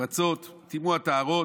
פרצות וטימאו הטהרות,